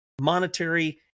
monetary